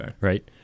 right